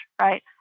right